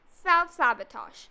self-sabotage